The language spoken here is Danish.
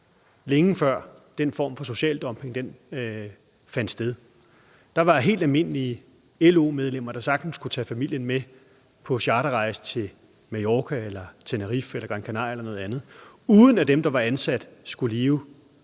længe før den form for social dumping fandt sted. Der var helt almindelige LO-medlemmer, der sagtens kunne tage familien med på charterrejse til Mallorca, Tenerife, Gran Canaria eller et andet sted – uden at dem, der var ansat, skulle leve